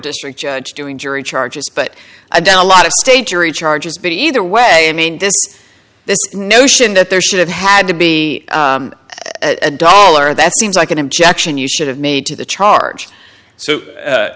district judge doing jury charges but i doubt a lot of state jury charges but either way i mean this this notion that there should have had to be a dollar that seems like an objection you should have made to the charge so